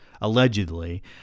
allegedly